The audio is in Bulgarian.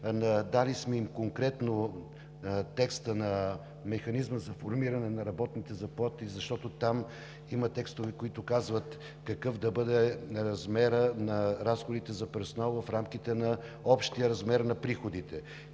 Дали сме им конкретно текста на механизма за формиране на работните заплати, защото там има текстове, които казват какъв да бъде размерът на разходите за персонал в рамките на общия размер на приходите,